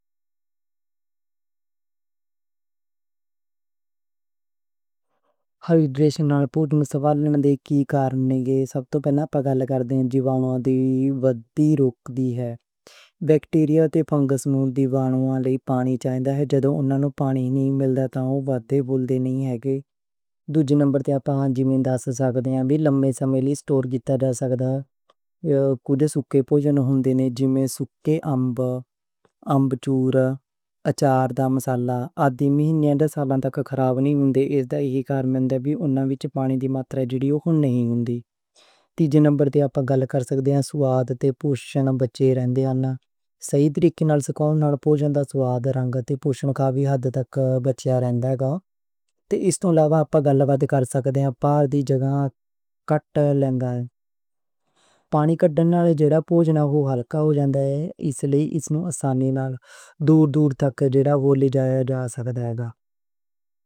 D hydration پوجن محفوظ کرنے دے کارن ہن، سب توں پہلا بیکٹیریا تے فنگسیں نوں پانی چاہی دا ہے۔ جدوں اوہناں نوں پانی نہیں ملدا تاں اوہ ودهدے نہیں ہن۔ دوجے نمبر تے، وی لمّے سمے لئی سٹور کیتا رہ سکدا ہے۔ سوکھا پوجن ہوندا ہے، جیویں سوکھے اَنب، اَنبچور، اچار دا مسالا، اتے مہینیاں توں سال تک خراب نہیں ہوندا، اس دا اک کارن ایہ وی ہے کہ اوہناں وچ پانی دی مقدار گھٹ ہون دی ہے۔ تیجے نمبر تے اپاں گل کر سکدے سواد تے پوشن بچ رہن دی۔ صحیح طریق نال سوکھیا پوجن دے سواد، رنگ تے پوشن کافی حد تک بچیا رہندا۔ اس توں علاوہ اوہ جگہ کٹ لَیندا ہے۔ پانی کٹ ہون نال ایہ پوجن اوہ ہلکا ہو جندا ہے، اس لئی اس نوں آسانی نال دُور دُور لے جایا جاندا۔